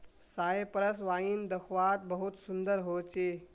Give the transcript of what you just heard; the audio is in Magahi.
सायप्रस वाइन दाख्वात बहुत सुन्दर होचे